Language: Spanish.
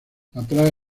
atrae